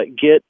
get